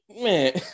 Man